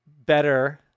better